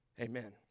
amen